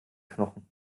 knochen